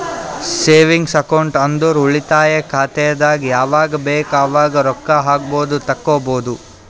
savings account ಅಂದುರ್ ಉಳಿತಾಯ ಖಾತೆದಾಗ್ ಯಾವಗ್ ಬೇಕ್ ಅವಾಗ್ ರೊಕ್ಕಾ ಹಾಕ್ಬೋದು ತೆಕ್ಕೊಬೋದು